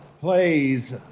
plays